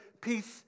Peace